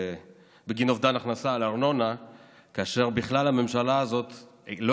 אובדן הכנסה על ארנונה כאשר הממשלה הזאת בכלל